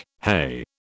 hey